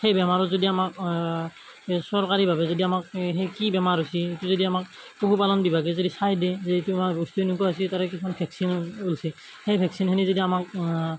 সেই বেমাৰত যদি আমাক চৰকাৰীভাৱে যদি আমাক সেই কি বেমাৰ হৈছি সেইটো যদি আমাক পশুপালন বিভাগে যদি চাই দিয়ে যে এইটো আমাৰ বস্তু এনেকুৱা হৈছি তাৰে কিছুমান ভেকচিন অ'লছি সেই ভেকচিনখিনি যদি আমাক